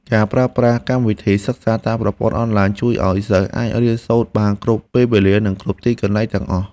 ការប្រើប្រាស់កម្មវិធីសិក្សាតាមប្រព័ន្ធអនឡាញជួយឱ្យសិស្សអាចរៀនសូត្របានគ្រប់ពេលវេលា និងគ្រប់ទីកន្លែងទាំងអស់។